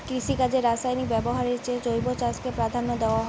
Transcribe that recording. কৃষিকাজে রাসায়নিক ব্যবহারের চেয়ে জৈব চাষকে প্রাধান্য দেওয়া হয়